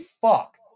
fuck